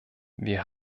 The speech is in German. wir